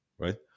Right